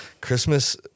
Christmas